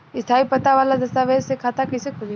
स्थायी पता वाला दस्तावेज़ से खाता कैसे खुली?